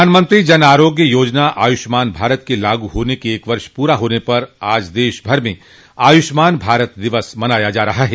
प्रधानमंत्री जन आरोग्य योजना आयुष्मान भारत के लागू होने के एक वर्ष पूरा हाने पर आज देश भर में आयुष्मान भारत दिवस मनाया जा रहा है